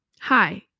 Hi